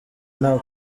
nta